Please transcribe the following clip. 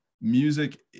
music